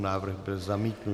Návrh byl zamítnut.